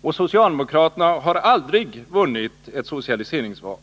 Och socialdemokraterna har aldrig vunnit ett socialiseringsval.